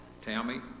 Tammy